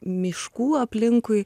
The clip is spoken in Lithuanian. miškų aplinkui